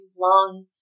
long